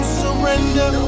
surrender